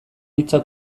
hitza